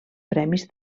premis